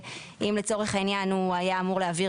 אם לצורך העניין הוא היה אמור להעביר